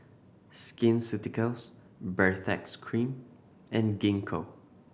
Skin Ceuticals Baritex Cream and Gingko